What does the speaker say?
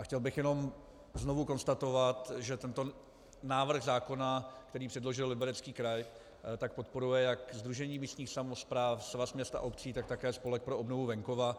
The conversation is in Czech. Chtěl bych jenom znovu konstatovat, že návrh zákona, který předložil Liberecký kraj, podporuje jak Sdružení místních samospráv, Svaz měst a obcí, tak také Spolek pro obnovu venkova.